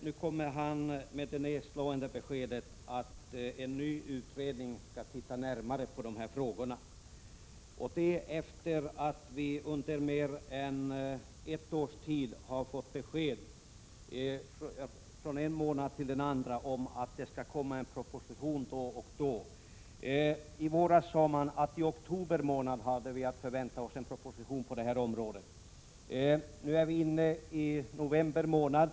Nu kommer han med det nedslående beskedet att en ny utredning skall titta närmare på de här frågorna, detta efter att vi under mer än ett års tid har fått besked från en månad till en annan om att det skall komma en proposition vid den eller den tidpunkten. I våras sade man att vi i oktober månad hade att vänta en proposition på det här området. Nu är vi inne i november månad.